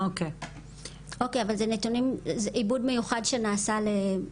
אוקיי, אבל זה עיבוד מיוחד שנעשה לנו.